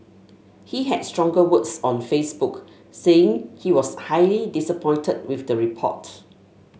he had stronger words on Facebook saying he was highly disappointed with the report